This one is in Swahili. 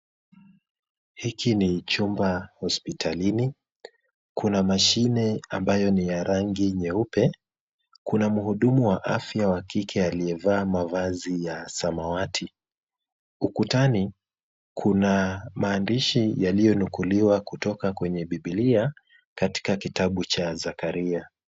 Hiki ni chumba hospitalini, kuna mashine ambayo ni ya rangi nyeupe, kuna mhudumu wa afya wa kike aliyevaa mavazi ya samawati. Ukutani kuna maandishi yaliyonukuliwa kutoka kwenye biblia katika kitabu cha zakaria.